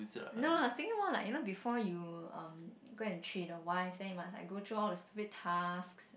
no lah I'm saying more like you know before you um go and treat the wife then you must like go through all the stupid tasks